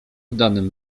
danym